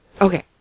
Okay